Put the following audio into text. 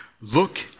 look